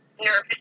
nervous